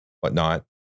whatnot